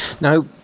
Now